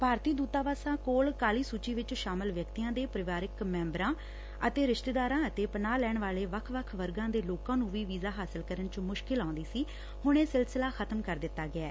ਭਾਰਤੀ ਦੂਤਾਵਾਸਾਂ ਕੌਲ ਕਾਲੀ ਸੂਚੀ ਵਿਚ ਸ਼ਾਮਲ ਵਿਅਕਤੀਆਂ ਦੇ ਪਰਿਵਾਰਕ ਮੈਂਬਰਾਂ ਅਤੇ ਰਿਸ਼ੇਤਦਾਰਾਂ ਅਤੇ ਪਨਾਹ ਲੈਣ ਵਾਲੇ ਵੱਖ ਵਰਗਾ ਦੇ ਲੋਕਾਂ ਨੂੰ ਵੀ ਵੀਜ਼ਾ ਹਾਸਲ ਕਰਨ ਚ ਮੁਸ਼ਕਿਲ ਆਉਂਦੀ ਸੀ ਹੁਣ ਇਹ ਸਿਲਸਿਲਾ ਖ਼ਤਮ ਕਰ ਦਿੱਤਾ ਗਿਐ